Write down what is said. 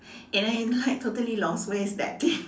and then I totally lost where's that thing